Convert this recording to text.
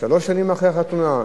שלוש שנים אחרי החתונה?